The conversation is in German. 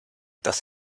das